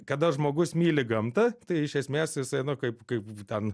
kada žmogus myli gamtą tai iš esmės jisai nu kaip kaip ten